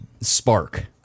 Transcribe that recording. spark